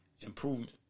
Improvement